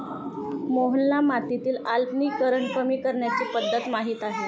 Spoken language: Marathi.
मोहनला मातीतील आम्लीकरण कमी करण्याची पध्दत माहित आहे